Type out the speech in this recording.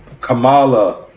Kamala